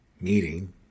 meeting